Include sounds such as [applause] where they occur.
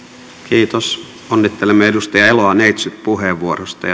kiitos onnittelemme edustaja eloa neitsytpuheenvuorosta [unintelligible]